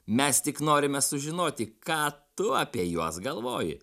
mes tik norime sužinoti ką tu apie juos galvoji